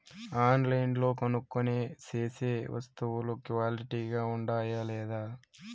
ఆన్లైన్లో కొనుక్కొనే సేసే వస్తువులు క్వాలిటీ గా ఉండాయా లేదా?